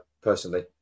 personally